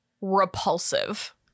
repulsive